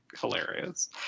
hilarious